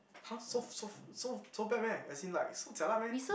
!huh! so so so so so bad meh as in like so jialat meh